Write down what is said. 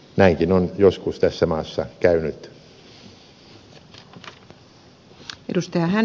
näinkin on joskus tässä maassa käynyt